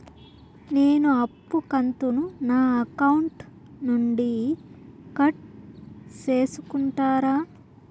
నేను అప్పు కంతును నా అకౌంట్ నుండి కట్ సేసుకుంటారా?